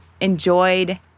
enjoyed